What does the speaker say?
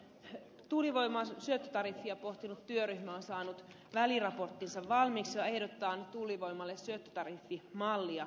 tuulivoiman syöttötariffia pohtinut työryhmä on saanut väliraporttinsa valmiiksi ja ehdottaa tuulivoimalle syöttötariffimallia